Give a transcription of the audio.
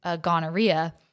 gonorrhea